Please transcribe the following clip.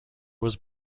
was